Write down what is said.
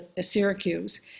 Syracuse